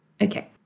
Okay